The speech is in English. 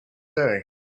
day